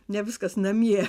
ne viskas namie